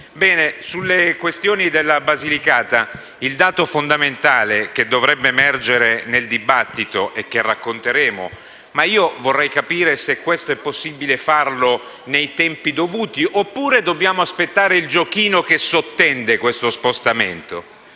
Sulle questioni della Basilicata, c'è un dato fondamentale che dovrebbe emergere dal dibattito e che racconteremo; vorrei però capire se è possibile farlo nei tempi dovuti, oppure dobbiamo aspettare il giochino che sottende questo spostamento.